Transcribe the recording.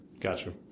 Gotcha